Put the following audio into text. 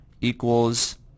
equals